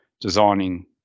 designing